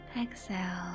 exhale